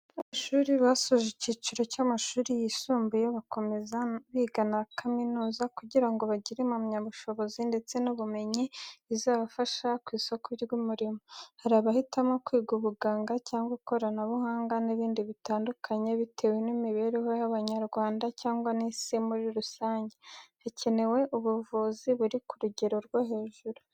Abanyeshuri basoje icyiciro cy'amashuri yisumbuye bakomeza biga na kaminuza kugira ngo bagire impamyabushobozi ndetse n'ubumenyi bizabafasha ku isoko ry'umurimo. Hari abahitamo kwiga ubuganga cyangwa ikoranabuhanga n'ibindi bitandukanye, bitewe n'imibereho y'Abanyarwanda cyangwa n'isi muri rusange, hakenewe ubuvuzi buri ku rugero rwo hejuru.